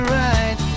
right